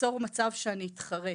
ליצור מצב שאני יתחרט,